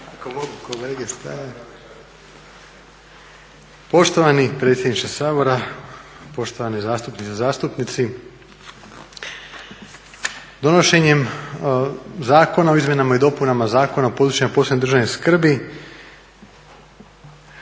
**Puljiz, Jakša** Poštovani predsjedniče Sabora, poštovane zastupnice i zastupnici. Donošenjem zakona o izmjenama i dopunama Zakona o područjima posebne državne skrbi